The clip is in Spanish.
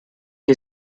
que